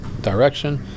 direction